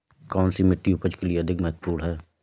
कौन सी मिट्टी उपज के लिए अधिक महत्वपूर्ण है?